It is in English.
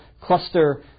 cluster